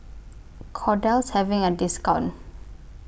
Kordel IS having A discount